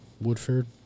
woodford